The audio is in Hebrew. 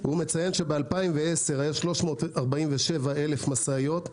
- הוא מציין שב-2010 היה 347,000 משאיות,